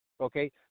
okay